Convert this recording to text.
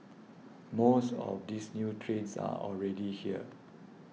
most of these new trains are already here